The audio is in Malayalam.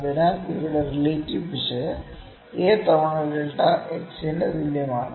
അതിനാൽ ഇവിടെ റിലേറ്റീവ് പിശക് a തവണ ഡെൽറ്റ x ന് തുല്യമാണ്